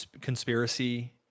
conspiracy